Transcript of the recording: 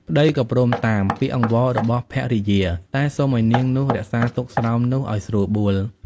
ប្ដីក៏ព្រមតាម ពាក្យអង្វររបស់ភរិយា តែសុំឱ្យនាងនោះរក្សាទុកស្រោមនោះឱ្យស្រួលបួល។